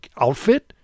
outfit